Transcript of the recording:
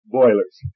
boilers